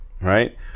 right